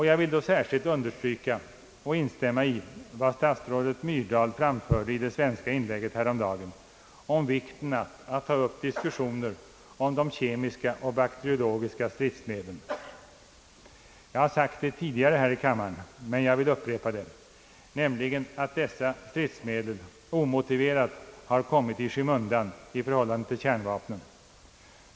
Jag vill då särskilt understryka — och instämma i — vad statsrådet Myrdal framförde i det svenska inlägget häromdagen om vikten av att ta upp diskussioner om de kemiska och bakteriologiska stridsmedlen. Jag har sagt det tidigare här i kammaren men jag upprepar det nu, nämligen att dessa stridsmedel omotiverat har kommit i skymundan i förhållande till kärnvapnen.